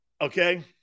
Okay